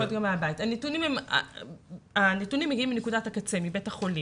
הנתונים מגיעים מנקודת הקצה, מבית החולים.